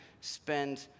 spend